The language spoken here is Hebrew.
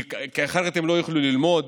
כי אחרת הם לא יוכלו ללמוד?